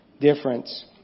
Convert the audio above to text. difference